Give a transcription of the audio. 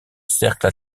cercle